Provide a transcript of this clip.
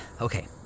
Okay